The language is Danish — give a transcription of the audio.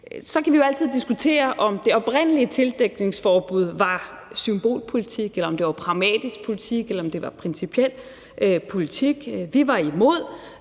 Så kan vi jo altid diskutere, om det oprindelige tildækningsforbud var symbolpolitik, eller om det var pragmatisk politik, eller om det var principiel politik. Vi var imod,